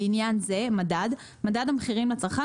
לעניין זה - "מדד" מדד המחירים לצרכן